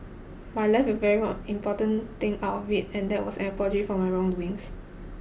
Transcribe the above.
but I left it very one important thing out of it and that was an apology for my wrong doings